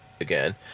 again